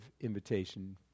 invitation